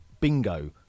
Bingo